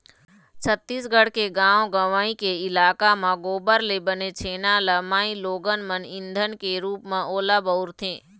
छत्तीसगढ़ के गाँव गंवई के इलाका म गोबर ले बने छेना ल माइलोगन मन ईधन के रुप म ओला बउरथे